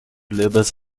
labors